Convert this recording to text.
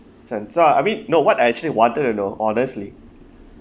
I mean no what I actually wanted to know honestly